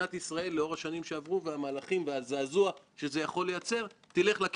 לא יכול להיות שלכנסת ישראל אין כלי אמיתי